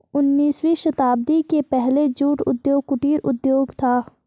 उन्नीसवीं शताब्दी के पहले जूट उद्योग कुटीर उद्योग था